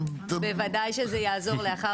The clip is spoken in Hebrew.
בוודאי שזה יעזור לאחר מכן.